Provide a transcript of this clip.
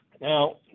Now